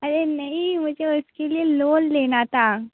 अरे नहीं मुझे उसके लिए लोल लेना था